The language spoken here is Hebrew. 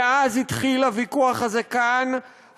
מאז התחיל הוויכוח הזה כאן,